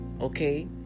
Okay